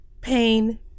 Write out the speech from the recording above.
pain